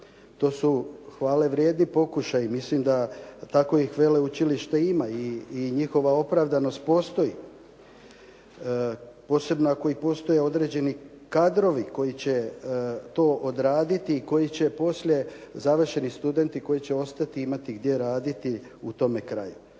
To su hvale vrijedni pokušaji. Mislim da takovih veleučilišta ima i njihova opravdanost postoji. posebno ako postoje određeni kadrovi koji će to odraditi i koji će poslije završeni studenti koji će ostati imati gdje raditi u tome kraju.